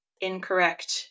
incorrect